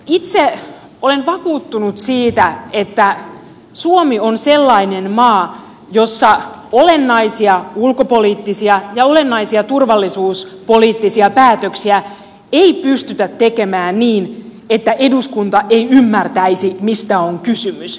itse olen vakuuttunut siitä että suomi on sellainen maa jossa olennaisia ulkopoliittisia ja olennaisia turvallisuuspoliittisia päätöksiä ei pystytä tekemään niin että eduskunta ei ymmärtäisi mistä on kysymys